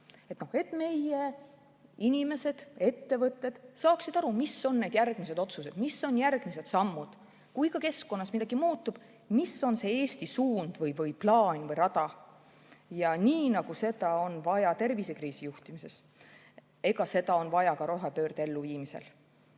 et meie inimesed ja ettevõtted saaksid aru, mis on järgmised otsused, mis on järgmised sammud, ja kui keskkonnas midagi muutub, siis mis on Eesti suund, plaan või rada. Nii nagu seda on vaja tervisekriisi juhtimisel, on seda vaja ka rohepöörde elluviimisel.